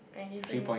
I give you